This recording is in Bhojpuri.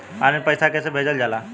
ऑनलाइन पैसा कैसे भेजल जाला?